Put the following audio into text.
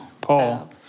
Paul